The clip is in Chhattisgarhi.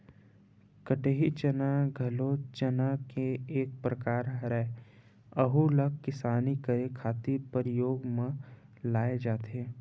कटही चना घलो चना के एक परकार हरय, अहूँ ला किसानी करे खातिर परियोग म लाये जाथे